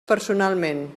personalment